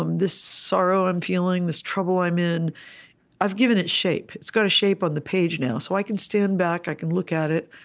um this sorrow i'm feeling, this trouble i'm in i've given it shape. it's got a shape on the page now. so i can stand back. i can look at it.